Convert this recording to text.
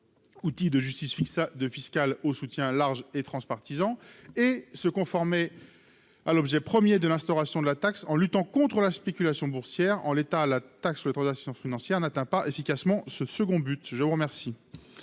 outil de justice fixe à 2 fiscal au soutien large et transpartisan et se conformer à l'objet 1er de l'instauration de la taxe, en luttant contre la spéculation boursière en l'état la taxe les transactions financières n'atteint pas efficacement ce second but, je vous remercie.